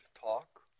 talk